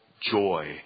joy